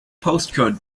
postcode